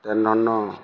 তেনেধৰণৰ